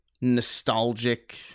nostalgic